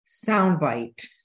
soundbite